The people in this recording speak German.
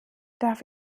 darf